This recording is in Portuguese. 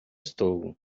estou